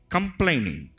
Complaining